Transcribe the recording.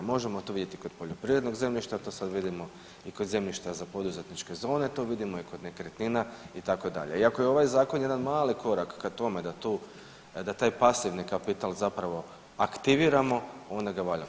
Možemo to vidjeti kod poljoprivrednog zemljišta, to sad vidimo i kod zemljišta za poduzetničke zone, to vidimo i kod nekretnina itd. iako je ovaj zakon jedan mali korak ka tome da taj pasivni kapital zapravo aktiviramo onda ga valja